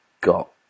got